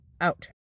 out